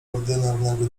ordynarnego